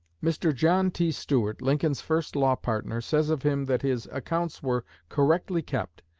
mr. john t. stuart, lincoln's first law-partner, says of him that his accounts were correctly kept,